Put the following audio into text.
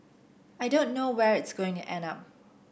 I don't know where it's going to end up